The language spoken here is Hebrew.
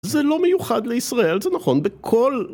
זה לא מיוחד לישראל, זה נכון בכל...